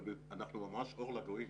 אבל אנחנו ממש אור לגויים.